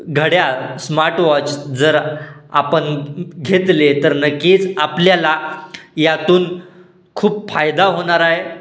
घड्याळ स्मार्टवॉच जर आपण घेतले तर नक्कीच आपल्याला यातून खूप फायदा होणार आहे